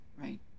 right